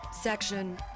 section